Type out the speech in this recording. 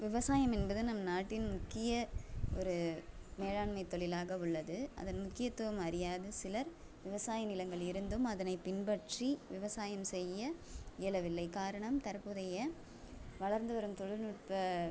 விவசாயம் என்பது நம் நாட்டின் முக்கிய ஒரு மேலாண்மை தொழிலாக உள்ளது அதன் முக்கியத்துவம் அறியாத சிலர் விவசாய நிலங்கள் இருந்தும் அதனை பின்பற்றி விவசாயம் செய்ய இயலவில்லை காரணம் தற்போதைய வளர்ந்து வரும் தொழில்நுட்ப